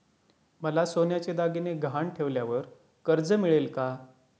मला सोन्याचे दागिने गहाण ठेवल्यावर कर्ज मिळेल का?